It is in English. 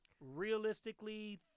Realistically